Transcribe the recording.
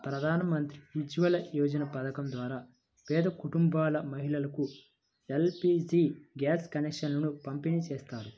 ప్రధాన్ మంత్రి ఉజ్వల యోజన పథకం ద్వారా పేద కుటుంబాల మహిళలకు ఎల్.పీ.జీ గ్యాస్ కనెక్షన్లను పంపిణీ చేస్తారు